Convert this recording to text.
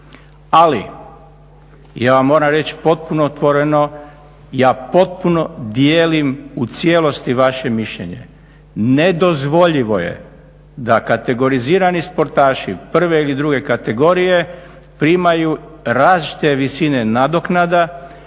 Ali, ja vam moram reći potpuno otvoreno ja potpuno dijelim u cijelosti vaše mišljenje. Nedozvoljivo je da kategorizirani sportaši prve ili druge kategorije primaju različite visine nadoknada